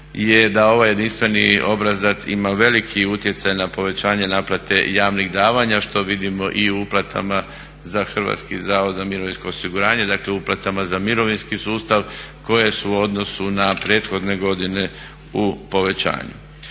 je da ovaj jedinstveni obrazac ima veliki utjecaj na povećanje naplate javnih davanja što vidimo i u uplatama za Hrvatski zavod za mirovinsko osiguranje, dakle u uplatama za mirovinski sustav koje su u odnosu na prethodne godine u povećanju.